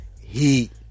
Heat